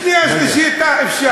שנייה ושלישית אפשר, כן.